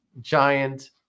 giant